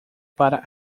para